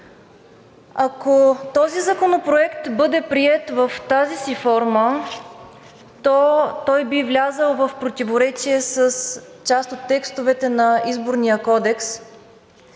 Ако този законопроект бъде приет в тази си форма, то той би влязъл в противоречие с част от текстовете на Изборния кодекс,